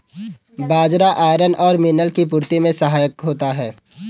बाजरा iron और mineral की पूर्ति में सहायक होता है